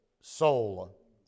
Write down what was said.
soul